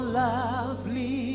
lovely